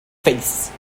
face